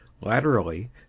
Laterally